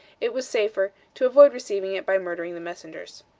it was safer to avoid receiving it by murdering the messengers.